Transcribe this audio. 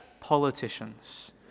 politicians